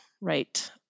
right